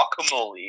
guacamole